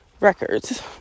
records